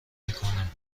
میکنم